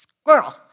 Squirrel